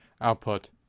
output